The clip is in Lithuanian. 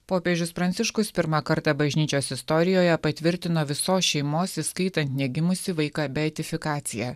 popiežius pranciškus pirmą kartą bažnyčios istorijoje patvirtino visos šeimos įskaitant negimusį vaiką beatifikaciją